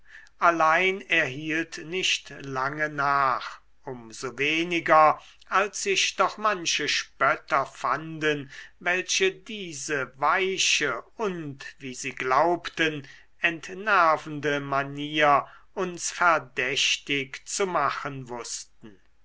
allein er hielt nicht lange nach um so weniger als sich doch manche spötter fanden welche diese weiche und wie sie glaubten entnervende manier uns verdächtig zu machen wußten